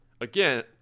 Again